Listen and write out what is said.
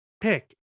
pick